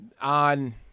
on